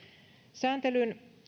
sääntelyn